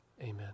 Amen